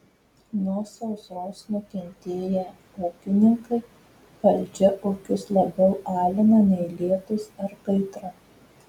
nuo sausros nukentėję ūkininkai valdžia ūkius labiau alina nei lietūs ar kaitra